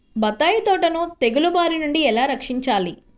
బత్తాయి తోటను తెగులు బారి నుండి ఎలా రక్షించాలి?